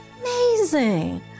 amazing